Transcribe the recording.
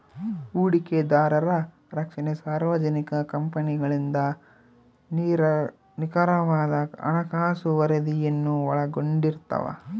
ಹೂಡಿಕೆದಾರರ ರಕ್ಷಣೆ ಸಾರ್ವಜನಿಕ ಕಂಪನಿಗಳಿಂದ ನಿಖರವಾದ ಹಣಕಾಸು ವರದಿಯನ್ನು ಒಳಗೊಂಡಿರ್ತವ